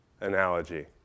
analogy